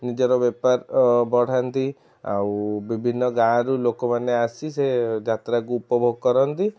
ନିଜର ବେପାର ବଢ଼ାନ୍ତି ଆଉ ବିଭିନ୍ନ ଗାଁରୁ ଲୋକମାନେ ଆସି ସେ ଯାତ୍ରାକୁ ଉପଭୋଗ କରନ୍ତି